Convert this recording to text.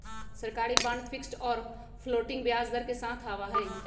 सरकारी bond fixed और floating ब्याज दर के साथ आवा हई